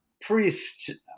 priest